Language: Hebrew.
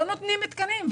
לא נותנים תקנים,